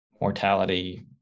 mortality